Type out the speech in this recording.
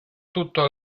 tutto